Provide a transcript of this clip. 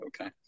okay